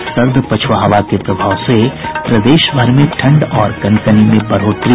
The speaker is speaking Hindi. और सर्द पछ्आ हवा के प्रभाव से प्रदेश भर में ठंड और कनकनी में बढ़ोतरी